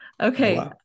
Okay